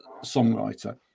songwriter